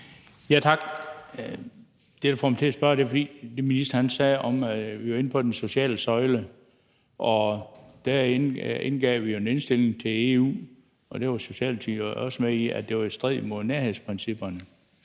Tak. Det, der får mig til at spørge, er det, ministeren sagde om den sociale søjle. Vi var inde på den sociale søjle, og der indgav vi jo en indstilling til EU, og det var Socialdemokratiet også med til, om, at det var i strid med nærhedsprincippet.